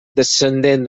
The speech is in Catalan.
descendent